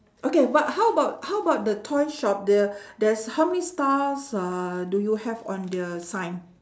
okay but how bout how bout the toy shop the there's how many stars uhh do you have on the sign